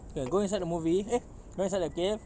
err go inside the movie eh go inside the cave